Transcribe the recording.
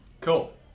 Cool